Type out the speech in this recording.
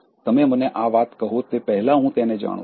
તમે મને આ વાત કહો તે પહેલાં હું તેને જાણું છું